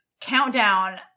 countdown